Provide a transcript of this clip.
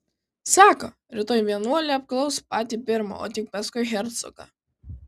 sako rytoj vienuolį apklaus patį pirmą o tik paskui hercogą